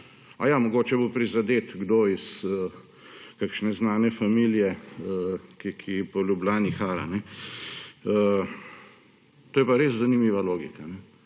Aja, mogoče bo prizadet kdo iz kakšne znane familije, ki po Ljubljani hara. To je pa res zanimiva logika;